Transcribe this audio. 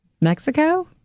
Mexico